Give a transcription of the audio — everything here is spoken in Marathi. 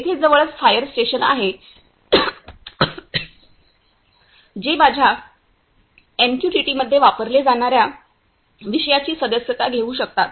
येथे जवळच फायर स्टेशन आहे जे माझ्या एमक्यूटीटी मध्ये वापरले जाणाऱ्या विषयांची सदस्यता घेऊ शकतात